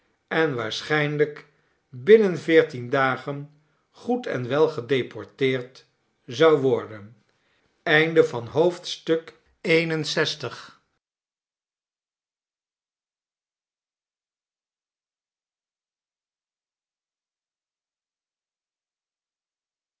en waarschijnlijk binnen veertien dagen goed en wel gedeporteerd zou worden